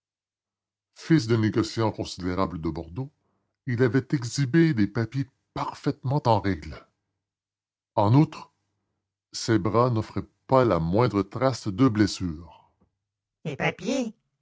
fils d'un négociant considérable de bordeaux il avait exhibé des papiers parfaitement en règle en outre ses bras n'offraient pas la moindre trace de blessure des papiers